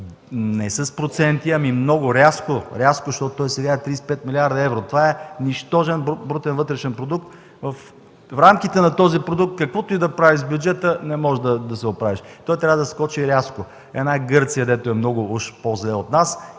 не с проценти, ами много рязко. Рязко, защото той сега е 35 млрд. евро. Това е нищожен брутен вътрешен продукт. В рамките на този продукт, каквото и да правиш с бюджета, не можеш да се оправиш! Той трябва да скочи рязко. Една Гърция, дето е много уж по-зле от нас,